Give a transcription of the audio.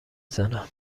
زنم